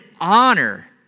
honor